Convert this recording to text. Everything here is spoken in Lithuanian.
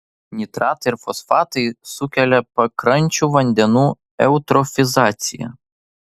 nitratai ir fosfatai sukelia pakrančių vandenų eutrofizaciją